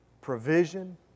provision